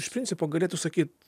iš principo galėtų sakyt